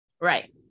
right